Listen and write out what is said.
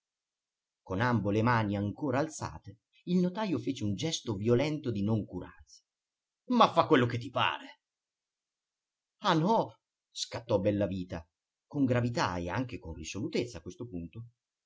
con ambo le mani ancora alzate il notajo fece un gesto violento di noncuranza ma fa quello che ti pare ah no scattò bellavita con gravità e anche con risolutezza a questo punto